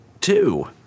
two